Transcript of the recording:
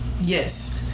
Yes